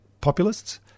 populists